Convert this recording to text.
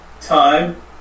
time